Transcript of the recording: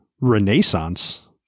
renaissance